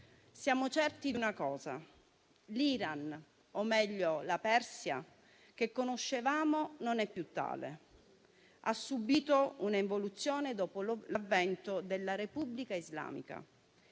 Siamo certi di una cosa: l'Iran - o, meglio, la Persia - che conoscevamo non è più tale, ha subito un'evoluzione dopo l'avvento della Repubblica islamica.